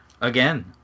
again